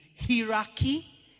hierarchy